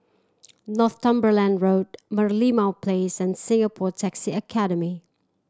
Northumberland Road Merlimau Place and Singapore Taxi Academy